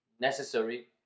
Necessary